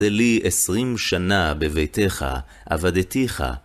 זה לי עשרים שנה בביתך, עבדתיך.